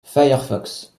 firefox